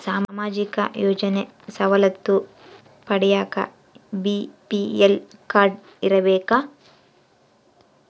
ಸಾಮಾಜಿಕ ಯೋಜನೆ ಸವಲತ್ತು ಪಡಿಯಾಕ ಬಿ.ಪಿ.ಎಲ್ ಕಾಡ್೯ ಇರಬೇಕಾ?